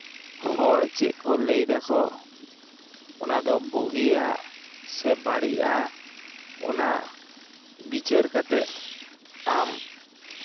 ᱦᱚᱲ ᱪᱮᱫᱠᱚ ᱞᱟᱹᱭ ᱫᱟᱠᱚ ᱚᱱᱟ ᱫᱚ ᱵᱩᱜᱤᱭᱟᱜ ᱥᱮ ᱵᱟᱹᱲᱤᱡ ᱟᱜ ᱚᱱᱟ ᱵᱤᱪᱟᱹᱨ ᱠᱟᱛᱮᱫ ᱟᱢ